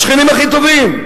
השכנים הכי טובים,